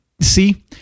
see